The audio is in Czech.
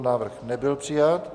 Návrh nebyl přijat.